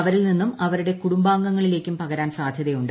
അവരിൽ നിന്നും അവരുടെ കുടുംബാംഗങ്ങളിലേക്കും പകരാൻ സാധ്യതയുണ്ട്